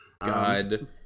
God